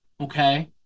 Okay